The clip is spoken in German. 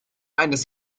eines